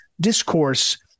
discourse